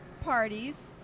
parties